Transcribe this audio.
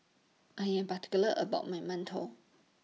I Am particular about My mantou